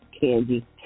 Candy